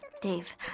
Dave